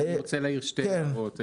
אני רק רוצה להעיר שתי הערות.